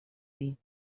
dir